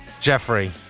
Jeffrey